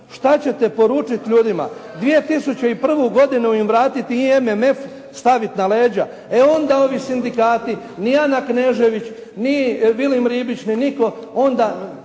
Šta ćete poručit ljudima? 2001. godinu im vratiti i MMF stavit na leđa. E onda ovi sindikati, ni Ana Knežević ni Vilim Ribić ni nitko onda